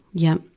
yeah.